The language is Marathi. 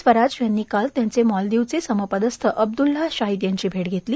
स्वराज यांनी काल त्यांचे मालदीवचे समपदस्थ अब्दल्लाह शाहिद यांची भेट घेतली